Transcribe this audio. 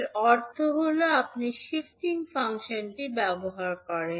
এর অর্থ হল আপনি শিফটিং ফাংশনটি ব্যবহার করবেন